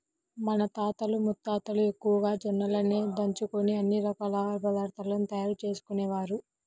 మన తాతలు ముత్తాతలు ఎక్కువగా జొన్నలనే దంచుకొని అన్ని రకాల ఆహార పదార్థాలను తయారు చేసుకునేవారు